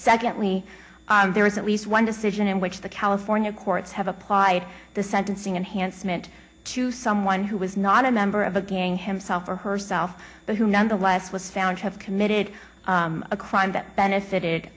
secondly there is at least one decision in which the california courts have applied the sentencing enhanced meant to someone who was not a member of a gang himself or herself but who nonetheless was found to have committed a crime that benefited